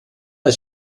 als